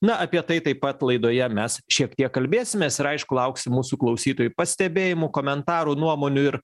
na apie tai taip pat laidoje mes šiek tiek kalbėsimės ir aišku lauksim mūsų klausytojų pastebėjimų komentarų nuomonių ir